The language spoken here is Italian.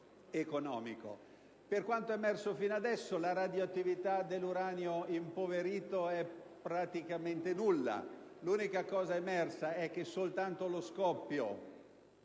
economico. Da quanto è emerso fino adesso, la radioattività dell'uranio impoverito è praticamente nulla. L'unico dato emerso è che soltanto lo scoppio